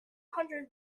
hundred